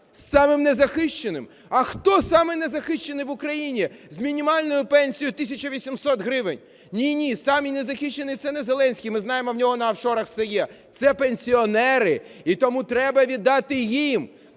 Самим незахищеним. А хто самий незахищений в Україні з мінімальною пенсією 1 тисяча 800 гривень? Ні-ні, самі незахищені – це не Зеленський, ми знаємо, в нього на офшорах все є, це пенсіонери. І тому треба віддати їм